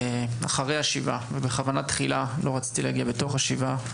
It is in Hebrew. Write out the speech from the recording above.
אחרי השבעה בכוונה תחילה לא רציתי להגיע בתוך השבעה